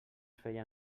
feien